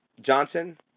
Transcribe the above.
Johnson